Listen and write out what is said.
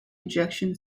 ejection